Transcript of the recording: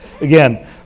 Again